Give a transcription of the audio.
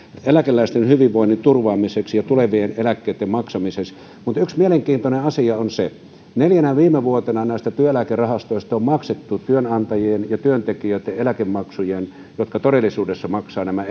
eläkeläisten hyvinvoinnin turvaamiseksi ja tulevien eläkkeitten maksamiseksi yksi mielenkiintoinen asia on se että neljänä viime vuotena näistä työeläkerahastoista on otettu työnantajien ja työntekijöitten lisäksi jotka todellisuudessa maksavat nämä